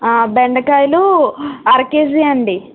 ఆ బెండకాయలు అర కేజీ అండి